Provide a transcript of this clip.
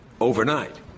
overnight